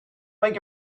make